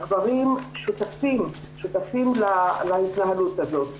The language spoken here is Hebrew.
הגברים, שותפים להתנהלות הזאת.